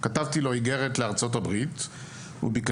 כתבתי לו אגרת מארצות הברית וביקשתיו